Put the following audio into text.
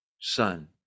son